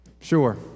sure